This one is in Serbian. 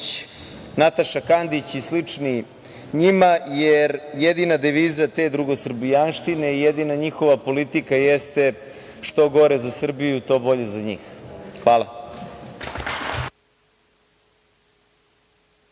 Nataša Kandić i slični njima, jer jedina deviza te drugosrbijanštine, jedina njihova politika jeste što gore za Srbiju, to bolje za njih. Hvala.